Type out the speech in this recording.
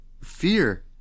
fear